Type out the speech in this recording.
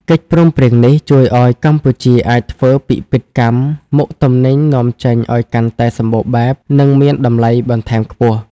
កិច្ចព្រមព្រៀងនេះជួយឱ្យកម្ពុជាអាចធ្វើពិពិធកម្មមុខទំនិញនាំចេញឱ្យកាន់តែសម្បូរបែប និងមានតម្លៃបន្ថែមខ្ពស់។